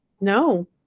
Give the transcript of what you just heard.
no